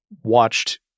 watched